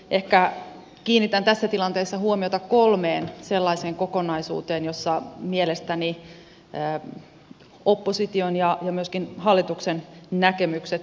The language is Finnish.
ehkä kiinnitän tässä tilanteessa huomiota kolmeen sellaiseen kokonaisuuteen joissa mielestäni opposition ja myöskin hallituksen näkemykset yhtyvät